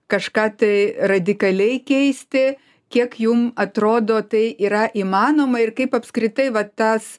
kažką tai radikaliai keisti kiek jum atrodo tai yra įmanoma ir kaip apskritai va tas